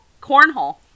cornhole